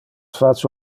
face